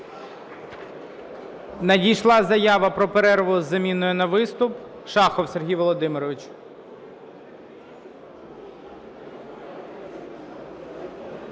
Надійшла заява про перерву із заміною на виступ. Шахов Сергій Володимирович.